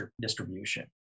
distribution